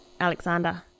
Alexander